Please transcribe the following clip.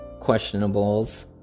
questionables